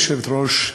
מכובדתי היושבת-ראש,